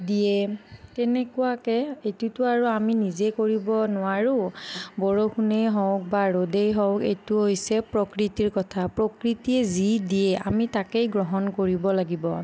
তেনেকুৱাকৈ এইটোতো আৰু আমি নিজে কৰিব নোৱাৰো বৰষুণে হওক বা ৰ'দেই হওক এইটো হৈছে প্ৰকৃতিৰ কথা প্ৰকৃতিয়ে যি দিয়ে আমি তাকেই গ্ৰহণ কৰিব লাগিব